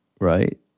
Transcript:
right